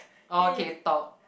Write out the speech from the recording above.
okay talk